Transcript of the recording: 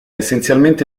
essenzialmente